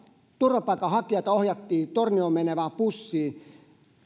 turvapaikanhakijoita ohjattiin tornioon menevään bussiin